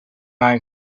night